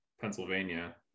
Pennsylvania